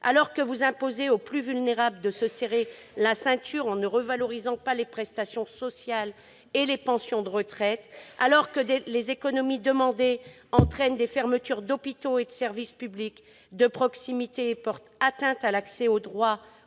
que vous imposez aux plus vulnérables de se serrer la ceinture en ne revalorisant pas les prestations sociales et les pensions de retraite, que les économies demandées entraînent des fermetures d'hôpitaux et de services publics de proximité et portent atteinte à l'accès des